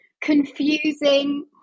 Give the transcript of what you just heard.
confusing